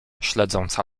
śledząca